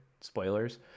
Spoilers